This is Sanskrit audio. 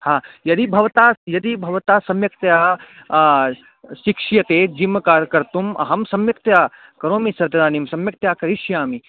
हा यदि भवतः यदि भवतः सम्यक्तया शिक्ष्यते जिम् क कर्तुम् अहं सम्यक्तया करोमि स तदानीं सम्यक्तया करिष्यामि